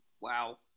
wow